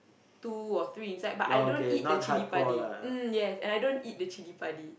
two or three inside but I don't eat the chilli-padi mm yes and I don't eat the chilli-padi